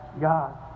God